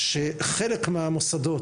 שחלק מהמוסדות,